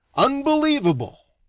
unbelievable.